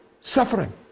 suffering